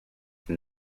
than